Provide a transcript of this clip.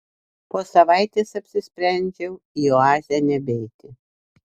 po savaitės apsisprendžiau į oazę nebeiti